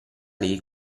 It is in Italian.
lei